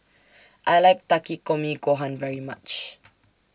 I like Takikomi Gohan very much